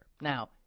Now